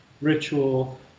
ritual